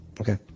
Okay